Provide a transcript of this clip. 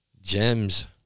Gems